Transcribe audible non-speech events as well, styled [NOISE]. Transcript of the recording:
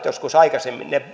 [UNINTELLIGIBLE] joskus aikaisemmin ne [UNINTELLIGIBLE]